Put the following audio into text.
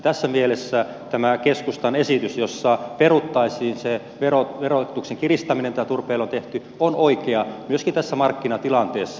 tässä mielessä tämä keskustan esitys jossa peruttaisiin se verotuksen kiristäminen mikä turpeelle on tehty on oikea myöskin tässä markkinatilanteessa